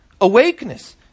awakeness